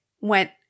went